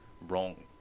wrong